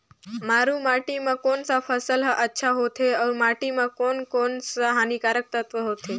मारू माटी मां कोन सा फसल ह अच्छा होथे अउर माटी म कोन कोन स हानिकारक तत्व होथे?